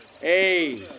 Hey